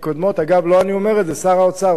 אגב, לא אני אומר את זה, שר האוצר אומר את זה.